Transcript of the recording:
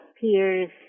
peers